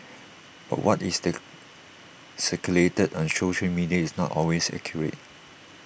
but what is the circulated on social media is not always accurate